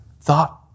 thought